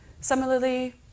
Similarly